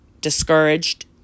discouraged